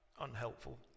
unhelpful